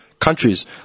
countries